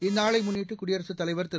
இந்நாளை முன்னிட்டு குடியரசுத் தலைவர் திரு